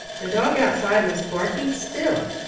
the dog outside was barking still.